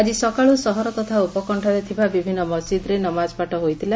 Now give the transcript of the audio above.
ଆଜି ସକାଳୁ ସହର ତଥା ଉପକଶ୍ଚରେ ଥିବା ବିଭିନୁ ମସ୍ଜିଦ୍ରେ ନମାଜ ପାଠ ହୋଇଥିଲା